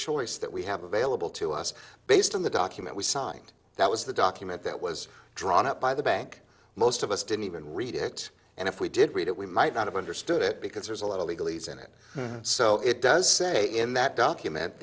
choice that we have available to us based on the document we signed that was the document that was drawn up by the bank most of us didn't even read it and if we did read it we might not have understood it because there's a lot of legally senate so it does say in that document